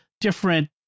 different